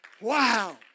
Wow